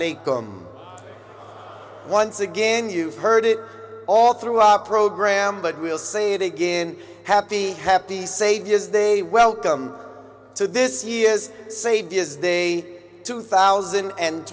e once again you've heard it all through our program but we'll say it again happy happy saviors they welcome to this year's say dia's day two thousand and